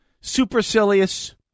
supercilious